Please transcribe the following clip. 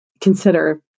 consider